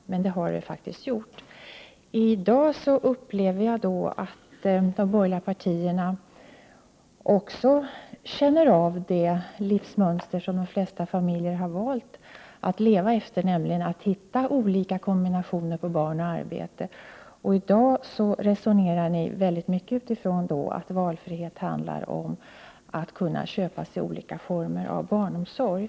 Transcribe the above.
Men det har det faktiskt gjort. I dag upplever jag att också de borgerliga partierna är välbekanta med det levnadsmönster som de flesta familjer har valt att leva efter, nämligen att hitta olika kombinationer av barnomsorg och arbete. I dag resonerar ni väldigt mycket utifrån det faktum att valfrihet handlar om att kunna köpa sig olika former av barnomsorg.